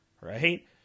Right